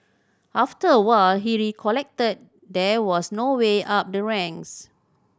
after a while he recollected there was no way up the ranks